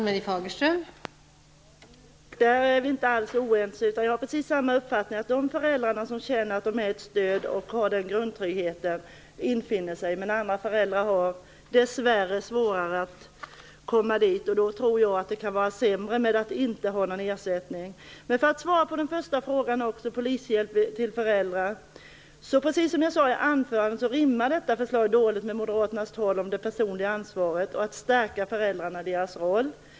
Fru talman! Där är vi inte alls oense. Jag har precis samma uppfattning, att de föräldrar som känner att de är ett stöd och en grundtrygghet skall infinna sig, men andra föräldrar har dessvärre svårare att komma dit. Då tror jag att det är sämre med att inte ha någon ersättning. Jag skall försöka svara på den första frågan om polishjälp till föräldrar. Precis som jag sade i mitt anförande rimmar detta dåligt med moderaternas tal om det personliga ansvaret och att stärka föräldrarna i deras roll.